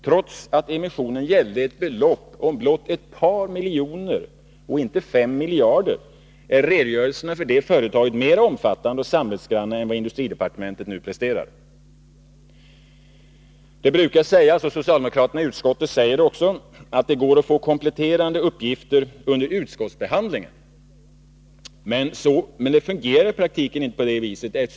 Trots att emissionen gällde ett belopp om blott ett par miljoner — och inte 5 miljarder — är redogörelserna för det företaget mer omfattande och samvetsgranna än den som industridepartementet nu har presterat. Det brukar sägas — och socialdemokraterna i utskottet säger det också — att det går att få kompletterande uppgifter under utskottsbehandlingen. Men så fungerar det inte i praktiken.